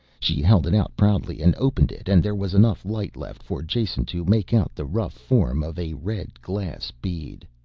she held it out proudly and opened it and there was enough light left for jason to make out the rough form of a red glass bead.